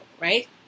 right